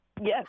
yes